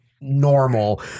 normal